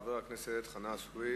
חבר הכנסת חנא סוייד.